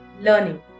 learning